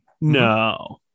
No